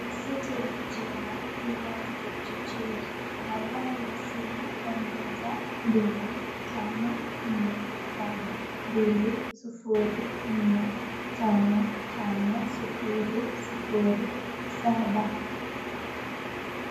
Risiti yenye jina Evans Kipchirchir, nambari ya simu +254720455007.